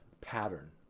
pattern